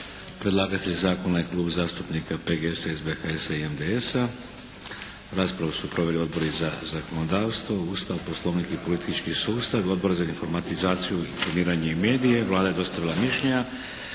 SBHSA-a i MDS-a, prvo čitanje PLZ. BR. 663. Raspravu su proveli Odbori za zakonodavstvo, Ustav, Poslovnik i politički sustav i Odbor za informatizaciju, informiranje i medije. Vlada je dostavila mišljenja.